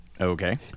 Okay